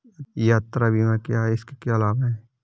यात्रा बीमा क्या है इसके क्या लाभ हैं?